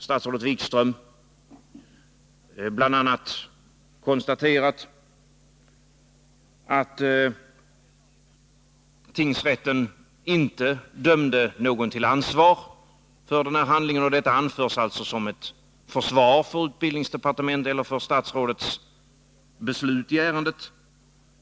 Statsrådet Wikström har sedan bl.a. konstaterat att tingsrätten inte dömde någon till ansvar för denna handling. Detta anförs alltså som ett försvar för statsrådets beslut i ärendet.